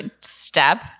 Step